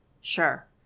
Sure